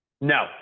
No